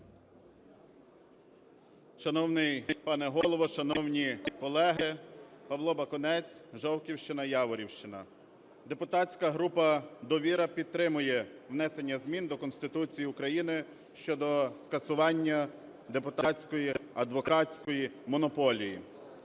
Депутатська група "Довіра" підтримує внесення змін до Конституції України щодо скасування депутатської адвокатської монополії.